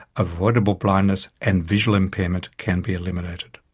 avoidable blindness and visual impairment can be eliminated.